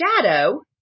shadow